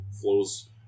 flows